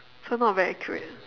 so not very accurate